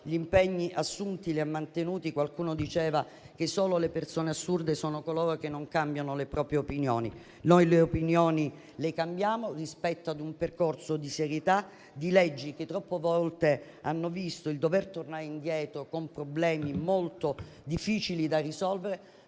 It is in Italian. gli impegni assunti li ha mantenuti. Qualcuno diceva che solo le persone assurde non cambiano le proprie opinioni; noi le opinioni le cambiamo rispetto ad un percorso di serietà, di leggi rispetto alle quali troppe volte si è dovuti tornare indietro con problemi molto difficili da risolvere.